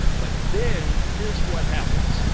but then here's what happened.